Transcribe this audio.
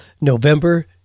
November